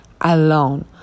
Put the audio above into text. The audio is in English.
alone